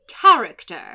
character